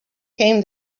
came